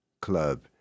Club